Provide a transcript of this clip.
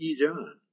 John